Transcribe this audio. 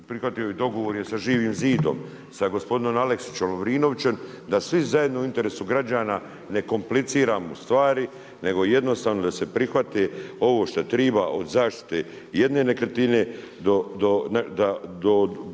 prihvatio i dogovor je sa Živim zidom, sa gospodinom Aleksićem, Lovrinovićem, da svi zajedno u interesu građana ne kompliciramo stvari nego jednostavno da se prihvate ovo što treba, od zaštite jedne nekretnine do deblokiranja